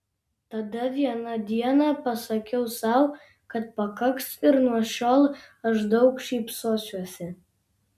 tada vieną dieną pasakiau sau kad pakaks ir nuo šiol aš daug šypsosiuosi